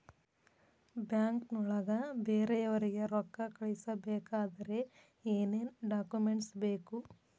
ಬ್ಯಾಂಕ್ನೊಳಗ ಬೇರೆಯವರಿಗೆ ರೊಕ್ಕ ಕಳಿಸಬೇಕಾದರೆ ಏನೇನ್ ಡಾಕುಮೆಂಟ್ಸ್ ಬೇಕು?